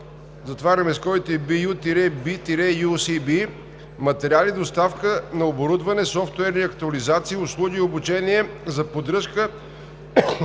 договор (LOA) BU-B-UCB, „Материали, доставка на оборудване, софтуерни актуализации, услуги и обучение за поддръжка